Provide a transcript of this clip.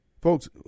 Folks